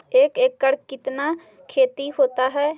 एक एकड़ कितना खेति होता है?